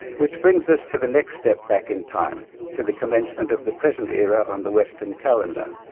which brings us to the next step back in time to the commencement of the present era on the western calendar.